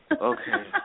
Okay